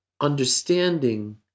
understanding